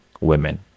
women